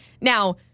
Now